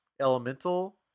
elemental